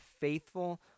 faithful